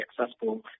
accessible